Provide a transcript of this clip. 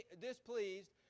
displeased